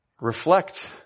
reflect